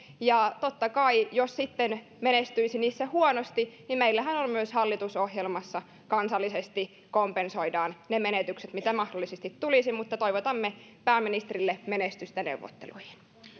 ja totta kai jos hän menestyisi niissä huonosti niin meillähän myös hallitusohjelmassa kansallisesti kompensoidaan ne menetykset mitä mahdollisesti tulisi mutta toivotamme pääministerille menestystä neuvotteluihin